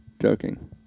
joking